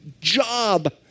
job